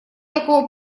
такого